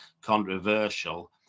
controversial